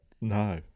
No